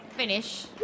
Finish